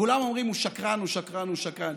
כולם אומרים: הוא שקרן, הוא שקרן, הוא שקרן.